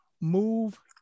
move